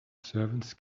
servants